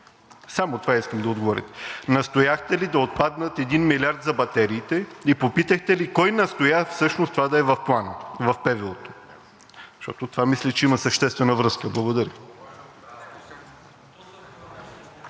Само това исках да отговорите. Настояхте ли да отпадне един милиард за батериите и попитахте ли кой настоя всъщност това да е в ПВУ? Защото мисля, че това има съществена връзка. Благодаря.